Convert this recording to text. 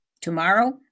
Tomorrow